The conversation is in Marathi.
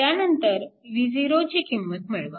त्यानंतर V0 ची किंमत मिळवा